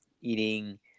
eating